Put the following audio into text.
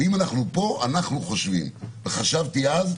ואם אנחנו פה, אנחנו חושבים וחשבתי אז,